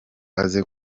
aze